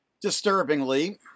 Disturbingly